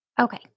Okay